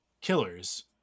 killers